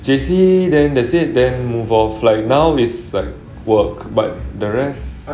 J_C then that's it now move on with life now it's like work but the rest